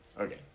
Okay